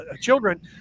children